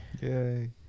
Yay